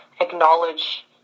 acknowledge